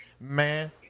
man